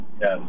Yes